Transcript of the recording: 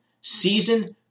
season